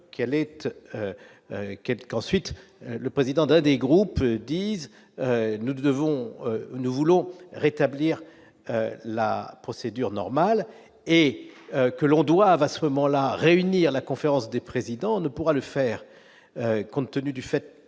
ensuite le président d'un des groupes disent : nous devons nous voulons rétablir la procédure normale et que l'on doive à ce moment-là, réunis à la conférence des présidents ne pourra le faire compte tenu du fait